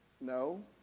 No